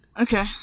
okay